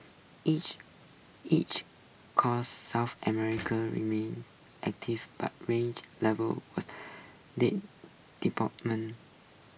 each each coast south America remained active but range levels date department